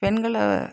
பெண்களை